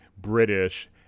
British